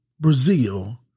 Brazil